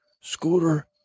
scooter